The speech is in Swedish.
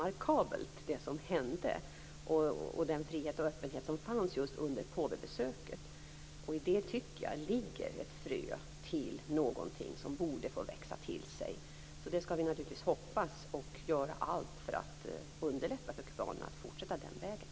Men det som hände - frihet och öppenhet - under påvens besök var ändå remarkabelt. Där ligger ett frö till någonting som borde få växa till sig. Det skall vi naturligtvis hoppas och göra allt för att underlätta för kubanerna att fortsätta den vägen.